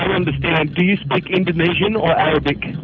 and understand. do you speak indonesian or arabic?